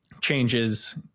changes